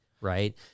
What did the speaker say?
right